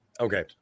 Okay